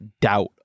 doubt